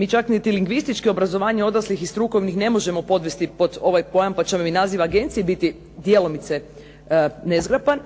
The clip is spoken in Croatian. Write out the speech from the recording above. Mi čak niti lingvistički obrazovanje odraslih i strukovnih ne možemo podvesti pod ovaj pojam, pa će i naziv agencije biti djelomice nezgrapan.